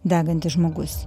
degantis žmogus